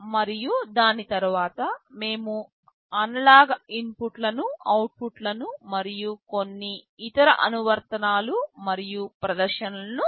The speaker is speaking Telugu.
మరియు దాని తరువాత మేము అనలాగ్ ఇన్పుట్లను అవుట్పుట్లను మరియు కొన్ని ఇతర అనువర్తనాలు మరియు ప్రదర్శనలను చూస్తాము